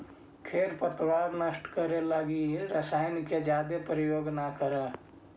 खेर पतवार नष्ट करे लगी रसायन के जादे प्रयोग न करऽ